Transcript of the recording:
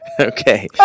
Okay